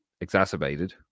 exacerbated